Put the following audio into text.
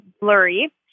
blurry